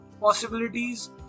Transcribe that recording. possibilities